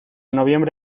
noviembre